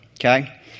okay